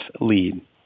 lead